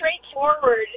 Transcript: straightforward